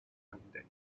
monday